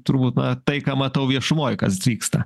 turbūt na tai ką matau viešumoj kas vyksta